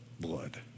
blood